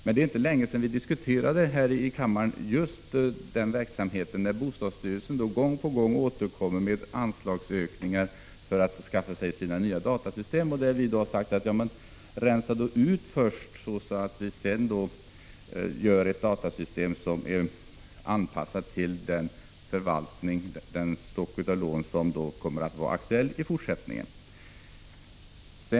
Men det är inte länge sedan vi här i kammaren diskuterade bostadsstyrelsens gång på gång återkommande förslag till anslagsökningar för att anskaffa nya datasystem. Vi har sagt: Rensa då ut först, så att datasystemet sedan blir anpassat till den förvaltning och den lånestock som blir aktuell i fortsättningen.